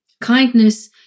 Kindness